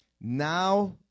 Now